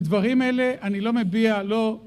דברים אלה אני לא מביע, לא...